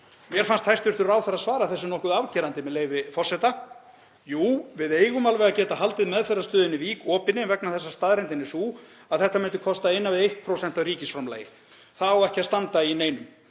Mér fannst hæstv. ráðherra svara þessu nokkuð afgerandi, með leyfi forseta: „Jú, við eigum alveg að geta haldið meðferðarstöðinni Vík opinni vegna þess að staðreyndin er sú að þetta myndi kosta innan við 1% af ríkisframlagi. Það á ekki að standa í neinum.